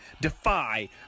Defy